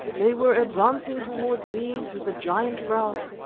they were advancing towards me through the giant grass,